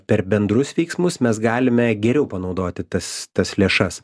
per bendrus veiksmus mes galime geriau panaudoti tas tas lėšas